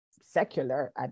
secular